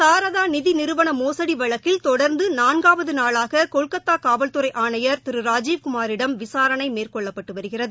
சாரதா நிதி நிறுவன மோசடி வழக்கில் தொடர்ந்து நான்காவது நாளாக கொல்கத்தா காவல்துறை ஆணையர் ராஜீவ்குமாரிடம் விசாரணை மேற்கொள்ளப்பட்டு வருகிறது